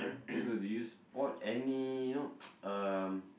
so do you spot any you know um